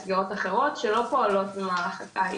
מסגרות אחרות שלא פועלות במהלך הקיץ,